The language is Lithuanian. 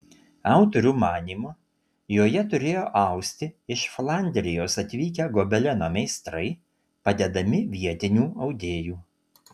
autorių manymu joje turėjo austi iš flandrijos atvykę gobeleno meistrai padedami vietinių audėjų